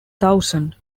thousands